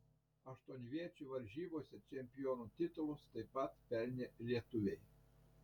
aštuonviečių varžybose čempionų titulus taip pat pelnė lietuviai